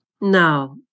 No